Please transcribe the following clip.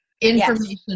information